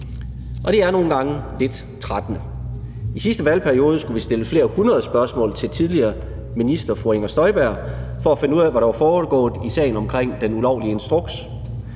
og det er nogle gange lidt trættende. I sidste valgperiode skulle vi stille flere hundrede spørgsmål til tidligere minister fru Inger Støjberg for at finde ud af, hvad der var foregået i sagen omkring den ulovlige instruks.